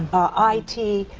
i t,